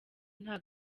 nta